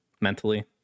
mentally